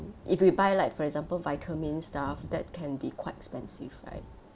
if we buy like for example vitamin stuff that can be quite expensive right